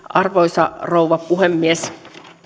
arvoisa rouva puhemies